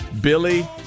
Billy